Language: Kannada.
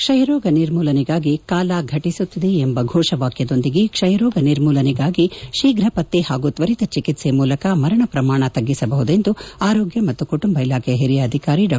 ಕ್ಷಯ ರೋಗ ನಿರ್ಮೂಲನೆಗಾಗಿ ಕಾಲ ಘಟಿಸುತ್ತಿದೆ ಎಂಬ ಘೋಷ ವಾಕ್ತದೊಂದಿಗೆ ಕ್ಷಯರೋಗ ನಿರ್ಮೂಲನೆಗಾಗಿ ಶೀಘ್ರ ಪತ್ತೆ ಹಾಗೂ ತ್ವರಿತ ಚಿಕಿತ್ಸೆ ಮೂಲಕ ಮರಣ ಪ್ರಮಾಣವನ್ನು ತಗ್ಗಿಸಬಹುದು ಎಂದು ಆರೋಗ್ಯ ಮತ್ತು ಕುಟುಂಬ ಕಲ್ಕಾಣ ಇಲಾಖೆಯ ಒರಿಯ ಅಧಿಕಾರಿ ಡಾ